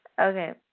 Okay